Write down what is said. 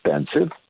expensive